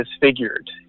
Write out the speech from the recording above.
disfigured